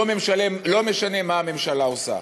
לא משנה מה הממשלה עושה.